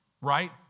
right